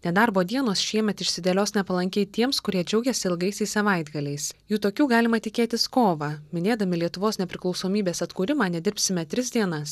nedarbo dienos šiemet išsidėlios nepalankiai tiems kurie džiaugiasi ilgaisiais savaitgaliais jų tokių galima tikėtis kovą minėdami lietuvos nepriklausomybės atkūrimą nedirbsime tris dienas